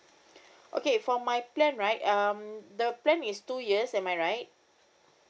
okay for my plan right um the plan is two years am I right